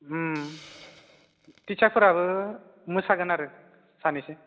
टिचारफोराबो मोसागोन आरो सानैसो